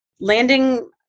Landing